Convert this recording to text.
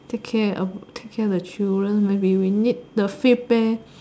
take care of take care of the children maybe we need the feedback